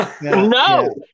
No